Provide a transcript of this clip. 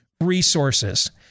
resources